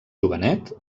jovenet